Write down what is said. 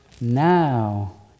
now